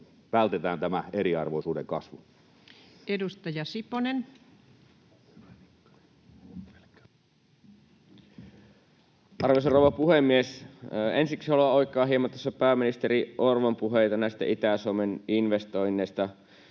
vältetään tämä eriarvoisuuden kasvu. Edustaja Siponen. Arvoisa rouva puhemies! Ensiksi haluan oikoa tässä hieman pääministeri Orpon puheita näistä Itä-Suomen investoinneista.